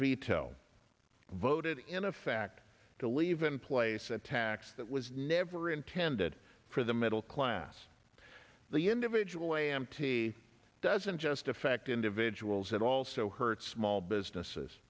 veto voted in effect to leave in place a tax that was never intended for the middle class the individual a m t doesn't just affect individuals it also hurt small businesses